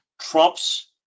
trumps